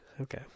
okay